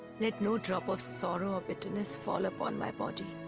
let no drop of sorrow or bitterness fall upon my body.